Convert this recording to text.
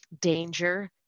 danger